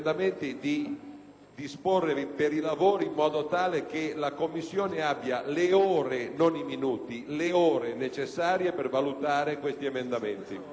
disporre per i lavori in modo tale che la 5a Commissione abbia le ore, non i minuti, necessarie per valutare questi emendamenti.